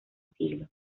siglo